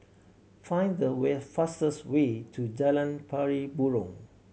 find the way fastest way to Jalan Pari Burong